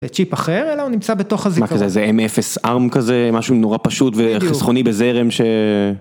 בצ'יפ אחר אלא הוא נמצא בתוך הזיכרון, זה M0 ARM כזה, משהו נורא פשוט וחסכוני בזרם ש...